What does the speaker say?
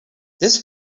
this